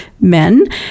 men